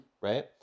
right